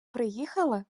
приїхали